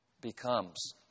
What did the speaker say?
becomes